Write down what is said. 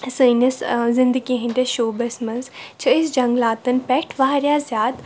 سٲنِس زندگی ہِنٛدِس شوٗبَس منٛز چھِ أسۍ جنٛگلاتَن پیٚٹھ واریاہ زیادٕ